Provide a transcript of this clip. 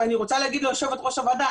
ואני רוצה להגיד ליושבת ראש הוועדה,